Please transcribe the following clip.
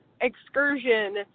excursion